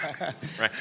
right